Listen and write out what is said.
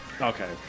Okay